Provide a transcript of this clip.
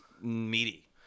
meaty